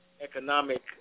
economic